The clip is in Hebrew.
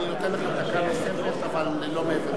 אני נותן לך דקה נוספת, אבל לא מעבר לזה.